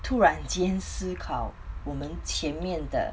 突然间思考我们前面的